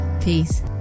peace